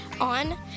on